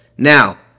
Now